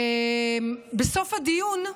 בסוף הדיון,